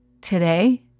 today